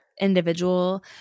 individual